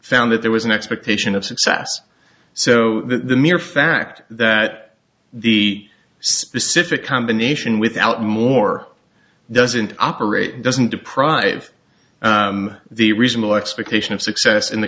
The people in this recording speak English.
found that there was an expectation of success so the mere fact that the specific combination without more doesn't operate doesn't deprive the reasonable expectation of success in the